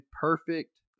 perfect